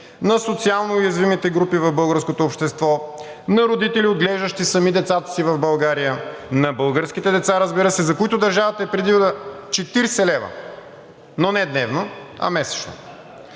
социални групи в българското общество, на родители, отглеждащи сами децата си в България – на българските деца, разбира се, за които държавата е предвидила 40 лв., но не дневно, а месечно.